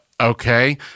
Okay